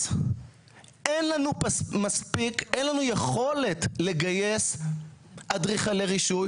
אין לנו יכולת מספיק לגייס אדריכלי רישוי?